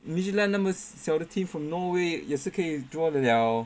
Midtjylland 那么小的 team from norway 也是可以 draw 的 liao